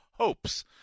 hopes